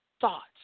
thoughts